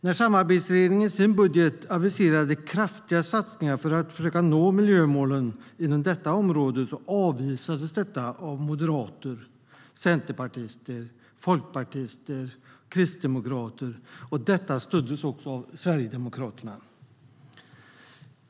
När samarbetsregeringen i sin budget aviserade kraftiga satsningar för att försöka nå miljömålen inom detta område avvisades detta av moderater, centerpartister, folkpartister och kristdemokrater, vilket även stöddes av Sverigedemokraterna.